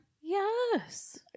Yes